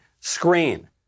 screen